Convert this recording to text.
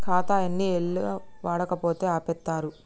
ఖాతా ఎన్ని ఏళ్లు వాడకపోతే ఆపేత్తరు?